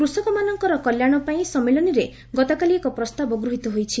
କୃଷକମାନଙ୍କର କଲ୍ୟାଣ ପାଇଁ ସମ୍ମିଳନୀରେ ଗତକାଲି ଏକ ପ୍ରସ୍ତାବ ଗୃହୀତ ହୋଇଛି